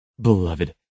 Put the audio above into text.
Beloved